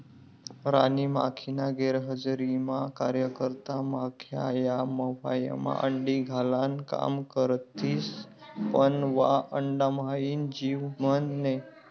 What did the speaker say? राणी माखीना गैरहजरीमा कार्यकर्ता माख्या या मव्हायमा अंडी घालान काम करथिस पन वा अंडाम्हाईन जीव व्हत नै